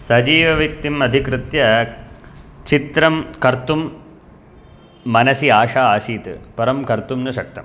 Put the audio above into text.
सजीवव्यक्तिम् अधिकृत्य चित्रं कर्तुं मनसि आशा आसीत् परं कर्तुं न शक्तम्